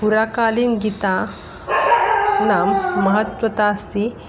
पुराकालीनगीता नां महत्त्वता अस्ति